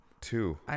two